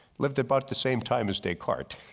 lived about the same time as descartes.